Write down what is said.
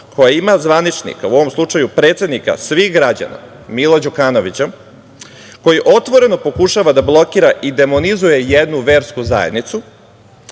koja ima zvaničnika, u ovom slučaju predsednika svih građana, Mila Đukanovića, koji otvoreno pokušava da blokira i demonizuje jednu versku zajednicu,